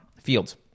fields